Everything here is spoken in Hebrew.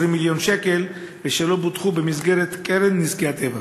מיליון שקל שלא בוטחו במסגרת קרן נזקי הטבע.